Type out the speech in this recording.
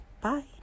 Bye